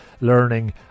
learning